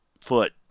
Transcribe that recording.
foot